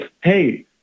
hey